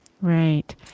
Right